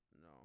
No